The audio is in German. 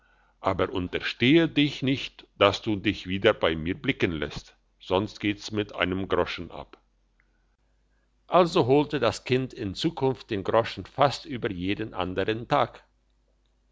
aber unterstehe dich nicht dass du dich wieder bei mir blicken lassest sonst geht's mit einem groschen ab also holte das kind in zukunft den groschen fast über jeden andern tag